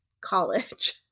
college